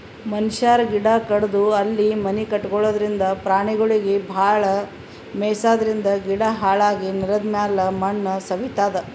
ಮನಶ್ಯಾರ್ ಗಿಡ ಕಡದು ಅಲ್ಲಿ ಮನಿ ಕಟಗೊಳದ್ರಿಂದ, ಪ್ರಾಣಿಗೊಳಿಗ್ ಭಾಳ್ ಮೆಯ್ಸಾದ್ರಿನ್ದ ಗಿಡ ಹಾಳಾಗಿ ನೆಲದಮ್ಯಾಲ್ ಮಣ್ಣ್ ಸವಿತದ್